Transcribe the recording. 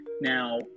Now